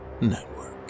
Network